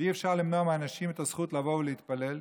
ואי-אפשר למנוע מאנשים את הזכות לבוא ולהתפלל.